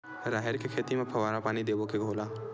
राहेर के खेती म फवारा पानी देबो के घोला?